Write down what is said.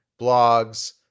blogs